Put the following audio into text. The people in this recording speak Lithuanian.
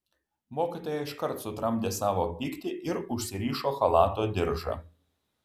mokytoja iškart sutramdė savo pyktį ir užsirišo chalato diržą